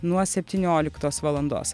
nuo septynioliktos valandos